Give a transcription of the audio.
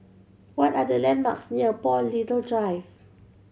what are the landmarks near Paul Little Drive